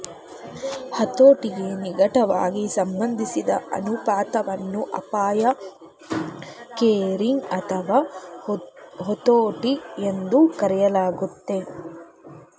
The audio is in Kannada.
ಹತೋಟಿಗೆ ನಿಕಟವಾಗಿ ಸಂಬಂಧಿಸಿದ ಅನುಪಾತವನ್ನ ಅಪಾಯ ಗೇರಿಂಗ್ ಅಥವಾ ಹತೋಟಿ ಎಂದೂ ಕರೆಯಲಾಗುತ್ತೆ